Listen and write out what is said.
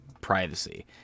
privacy